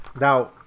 now